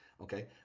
okay